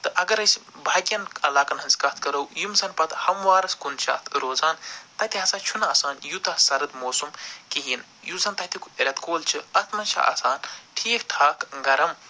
تہٕ اگر أسۍ بہکٮ۪ن علاقن ہٕنٛز کتھ کَرو یِم زن پتہٕ ہموارس کُن اَتھ روزان تَتہِ ہسا چھُنہٕ آسان یوٗتاہ سرد موسم کِہیٖنۍ یُس زن تَتِکُ رٮ۪تہٕ کول چھُ تتھ منٛز چھِ آسان ٹھیٖک ٹھاک گرم